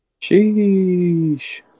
Sheesh